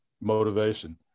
motivation